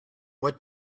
what